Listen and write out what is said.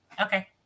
Okay